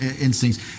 instincts